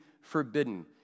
forbidden